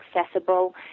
accessible